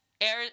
Air